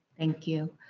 thank you.